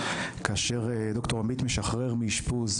כאשר ד"ר עמית משחרר מאשפוז,